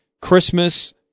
Christmas